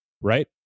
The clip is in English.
right